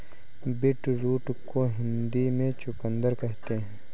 beetroot को हिंदी में चुकंदर कहते हैं